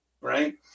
right